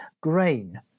grain